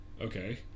Okay